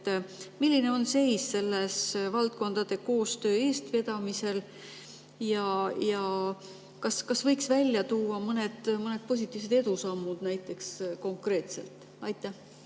Milline on seis selle valdkondade koostöö eestvedamisel ja kas võiks välja tuua mõned positiivsed edusammud konkreetselt? Aitäh,